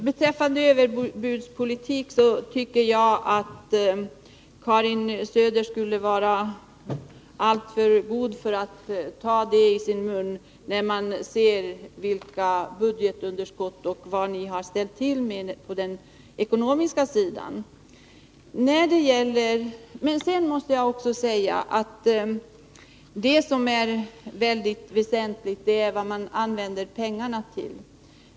Herr talman! Karin Söder skulle vara alltför god för att ta ordet överbudspolitik i sin mun. Man kan ju se på ert budgetunderskott och vad ni har ställt till med i fråga om ekonomin. Väldigt väsentligt är vad man använder pengarna till.